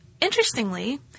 interestingly